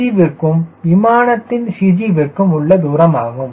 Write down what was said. c விற்கும் விமானத்தின் CG விற்கும் உள்ள தூரமாகும்